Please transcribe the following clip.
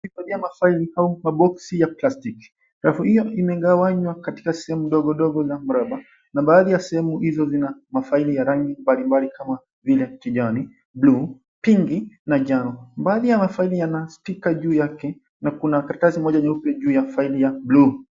Faili au maboksi ya plastiki rafu hiyo imegawanywa katika sehemu ndogo ndogo la mraba na baadhi ya sehemu hizo zina mafaili ya rangi mbalimbali kama vile kijani, buluu, pinki na njano. Mbali ya mafaili yana spika juu yake na kuna karatasi moja nyeupe juu yake ya faili ya buluu.